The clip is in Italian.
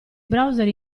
browser